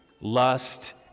lust